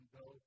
go